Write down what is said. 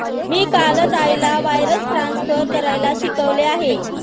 मी कालच आईला wires transfer करायला शिकवले आहे